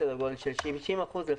סדר גודל של 60% לפחות.